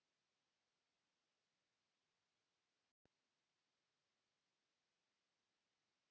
Kiitos.